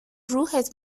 روحت